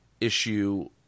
issue